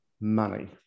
money